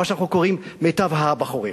מה שאנחנו קוראים מיטב הבחורים.